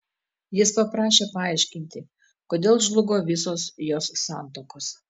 jis paprašė paaiškinti kodėl žlugo visos jos santuokos